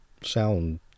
sound